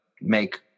make